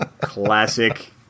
Classic